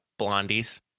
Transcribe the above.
blondies